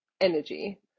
energy